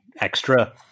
extra